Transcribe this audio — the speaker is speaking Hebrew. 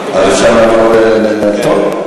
טוב.